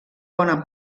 bona